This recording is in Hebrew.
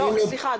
סליחה,